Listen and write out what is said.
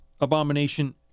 Abomination